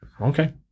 Okay